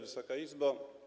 Wysoka Izbo!